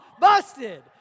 Busted